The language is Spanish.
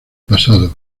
pasado